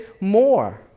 more